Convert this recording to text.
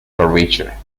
curvature